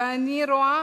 ואני רואה